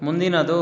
ಮುಂದಿನದು